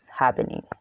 happening